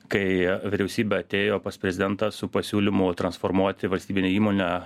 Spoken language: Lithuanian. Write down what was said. kai vyriausybė atėjo pas prezidentą su pasiūlymu transformuoti valstybinę įmonę